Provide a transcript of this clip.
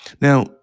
Now